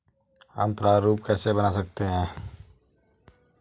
हम प्रारूप कैसे बना सकते हैं?